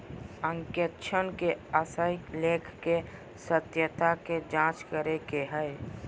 अंकेक्षण से आशय लेख के सत्यता के जांच करे के हइ